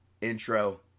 intro